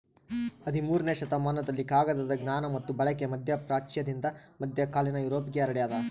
ಹದಿಮೂರನೇ ಶತಮಾನದಲ್ಲಿ ಕಾಗದದ ಜ್ಞಾನ ಮತ್ತು ಬಳಕೆ ಮಧ್ಯಪ್ರಾಚ್ಯದಿಂದ ಮಧ್ಯಕಾಲೀನ ಯುರೋಪ್ಗೆ ಹರಡ್ಯಾದ